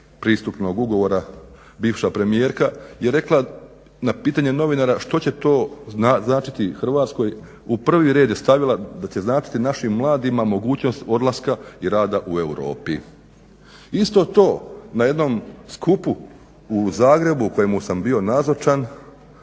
pristupnog ugovora bivša premijerka je rekla na pitanje novinara što će to značiti Hrvatskoj, u prvi red je stavila da će značiti našim mladima mogućnost odlaska i rada u Europi. Isto to na jednom skupu u Zagrebu kojemu sam bio nazočan